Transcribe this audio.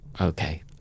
Okay